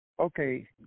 Okay